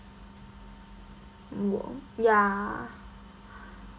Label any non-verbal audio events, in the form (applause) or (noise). mm (noise) ya